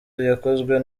yakozwe